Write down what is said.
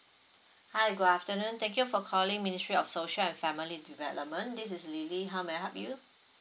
hi good afternoon thank you for calling ministry of social and family development this is lily how may I help you